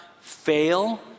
fail